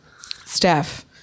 Steph